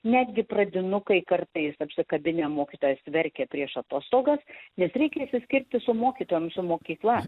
netgi pradinukai kartais apsikabinę mokytojas verkia prieš atostogas nes reikia išsiskirti su mokytojom su mokykla